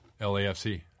LAFC